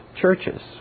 churches